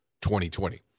2020